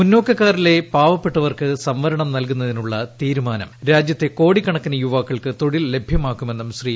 മുന്നോക്കുക്കാരിലെ പാവപ്പെട്ടവർക്ക് സംവരണം നൽകുന്നതിനുള്ള തീരുമാനം രാജ്യത്തെ കോടിക്കണക്കിന് യുവാക്കൾക്ക് തൊഴിൽ ലഭ്യമാക്കുമെന്നും ശ്രീ